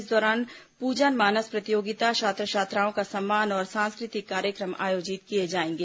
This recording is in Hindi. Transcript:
इस दौरान पूजन मानस प्रतियोगिता छात्र छात्राओं का सम्मान और सांस्कृतिक कार्यक्रम आयोजित किए जाएंगे